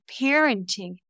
parenting